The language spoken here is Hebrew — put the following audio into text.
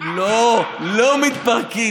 לא, לא מתפרקים.